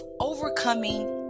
overcoming